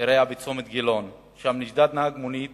אירע בצומת גילון, שם נשדד נהג מונית